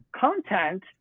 content